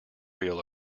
reel